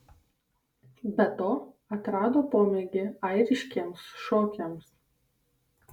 be to atrado pomėgį airiškiems šokiams